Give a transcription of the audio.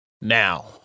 Now